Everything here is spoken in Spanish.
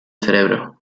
cerebro